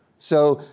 so,